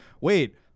wait